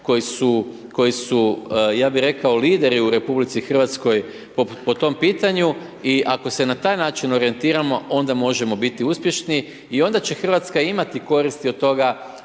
koji su ja bih rekao lideri u Republici Hrvatskoj po tom pitanju, i ako se na taj način orijentiramo, onda možemo biti uspješni, i onda će Hrvatska imati koristi od toga